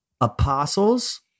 apostles